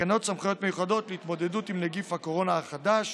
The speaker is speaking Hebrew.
תקנות סמכויות מיוחדות להתמודדות עם נגיף הקורונה החדש